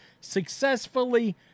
successfully